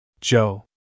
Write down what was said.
Joe